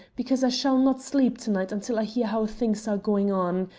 because i shall not sleep to-night until i hear how things are going on.